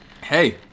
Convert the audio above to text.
Hey